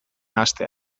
hastea